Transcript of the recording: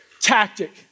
tactic